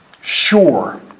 sure